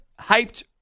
hyped